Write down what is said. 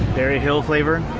berryhill flavor.